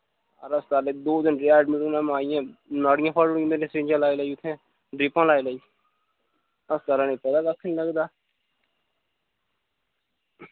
हां ते हस्ताले दो दिन रेहा एडमिट उ'नै माई इ'य्यां नाड़ियां फाड़ूड़ियां मेरी सिरिंजां लाई लाई उत्थैं ड्रीपां लाई लाई हस्ताल आह्लें पता कक्ख नी लगदा